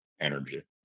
energy